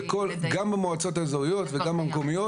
גם במועצות האזוריות וגם במקומיות.